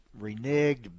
reneged